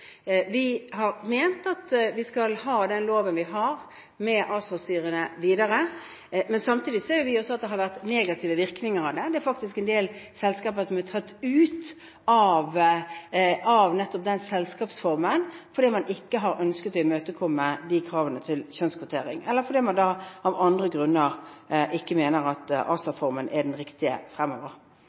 Vi har ment at vi fortsatt skal ha den loven vi har med ASA-styrene, men samtidig ser vi også at det har vært negative virkninger av det. Det er faktisk en del selskaper som er tatt ut av nettopp den selskapsformen fordi man ikke har ønsket å imøtekomme de kravene til kjønnskvotering, eller fordi man av andre grunner har ment at ASA-formen ikke er den riktige selskapsformen fremover.